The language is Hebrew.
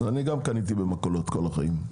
גם אני קניתי במכולות כל החיים,